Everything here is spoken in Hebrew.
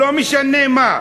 לא משנה מי,